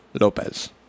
Lopez